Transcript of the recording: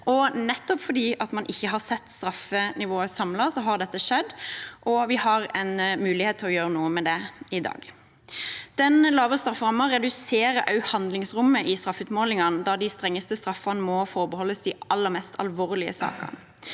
skjedd fordi en ikke har sett straffenivået samlet, og vi har en mulighet til å gjøre noe med det i dag. Den lave strafferammen reduserer også handlingsrommet i straffeutmålingene da de strengeste straffene må forbeholdes de aller mest alvorlige sakene.